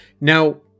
Now